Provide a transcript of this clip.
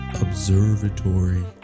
observatory